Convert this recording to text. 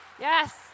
Yes